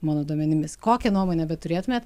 mano duomenimis kokią nuomonę beturėtumėt